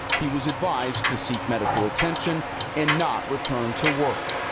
he was advised to seek medical attention and not return to work.